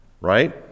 right